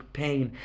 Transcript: pain